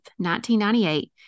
1998